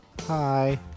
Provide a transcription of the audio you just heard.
Hi